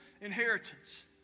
inheritance